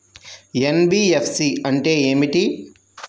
NBFC అంటే ఏమిటి?